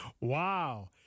Wow